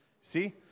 See